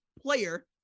player